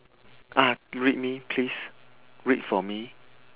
ah read me please read for me